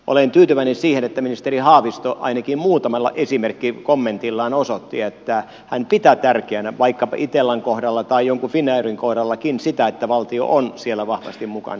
olen tyytyväinen siihen että ministeri haavisto ainakin muutamalla esimerkkikommentillaan osoitti että hän pitää tärkeänä vaikkapa itellan kohdalla tai jonkun finnairinkin kohdalla sitä että valtio on siellä vahvasti mukana